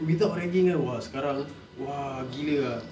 without ragging kan !wah! sekarang !wah! gila ah